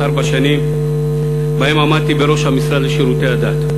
ארבע שנים שבהן עמדתי בראש המשרד לשירותי הדת.